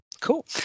Cool